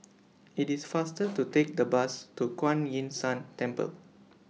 IT IS faster to Take The Bus to Kuan Yin San Temple